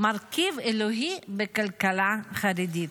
מרכיב אלוהי בכלכלה חרדית.